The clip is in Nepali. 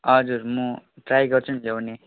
हजुर म ट्राई गर्छु नि ल्याउने